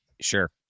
Sure